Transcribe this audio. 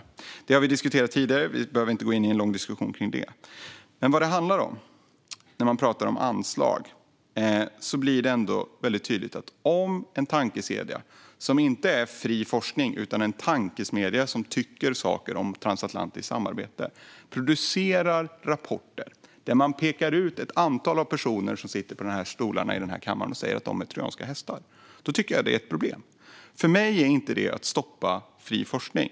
Detta har vi diskuterat tidigare, och vi behöver inte gå in i en lång diskussion om det. För mig är det ett problem att en tankesmedja som tycker saker om transatlantiskt samarbete och alltså inte är fri forskning producerar rapporter som säger att ett antal riksdagsledamöter är trojanska hästar. Att dra tillbaka det anslaget är inte att stoppa fri forskning.